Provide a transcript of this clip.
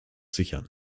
sichern